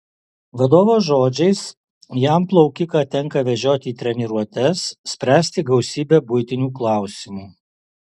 vadovo žodžiais jam plaukiką tenka vežioti į treniruotes spręsti gausybę buitinių klausimų